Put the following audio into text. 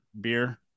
beer